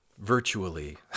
virtually